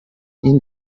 این